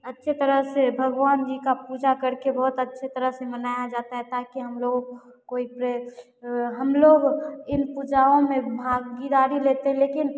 अच्छे तरह से भगवान जी की पूजा करके बहुत अच्छी तरह से मनाई जाती है ताकि हमलोग कोई हमलोग इन पूजाओं में भागीदारी लेते लेकिन